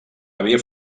havia